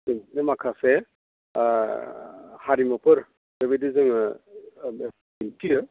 दिन्थिनो माखासे हारिमुफोर बेबायदि जोङो दिन्थियो